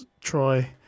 try